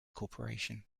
corporation